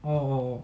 oh oh oh